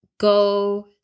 go